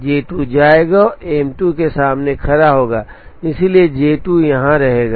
J 2 जाएगा और M 2 के सामने खड़ा होगा इसलिए J 2 यहां रहेगा